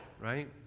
Right